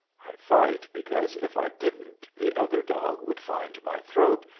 i fight because if i didn't the other dog would find my throat,